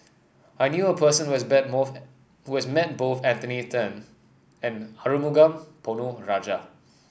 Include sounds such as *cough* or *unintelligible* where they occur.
I knew a person who has *unintelligible* who has met both Anthony Then and Arumugam Ponnu Rajah